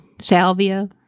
salvia